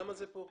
למה זה כאן?